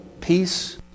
peace